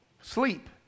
Sleep